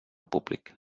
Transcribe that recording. públic